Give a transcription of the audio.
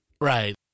Right